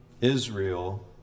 Israel